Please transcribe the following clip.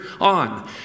on